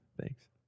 Thanks